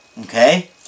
okay